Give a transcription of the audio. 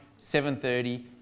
7.30